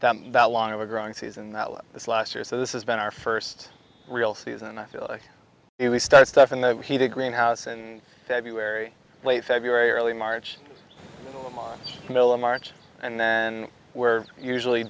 that long of a growing season that this last year so this is been our first real season and i feel like if we start stuff in the heat a greenhouse and february late february early march milla march and then we're usually